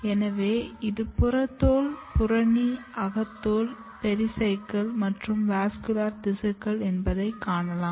எனவே இது புறத்தோல் புறணி அகத்தோல் பெரிசைக்கிள் மற்றும் வாஸ்குலர் திசுக்கள் என்பதை நீங்கள் காணலாம்